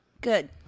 Good